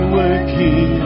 working